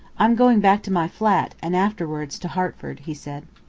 i'm going back to my flat, and afterwards to hertford, he said.